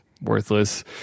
worthless